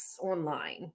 online